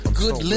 good